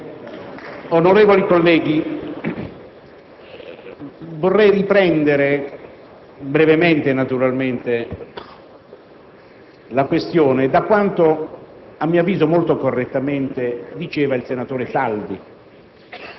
Onorevoli colleghi, vorrei brevemente riprendere la questione da quanto, a mio avviso molto correttamente diceva il senatore Salvi,